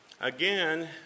Again